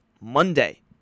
Monday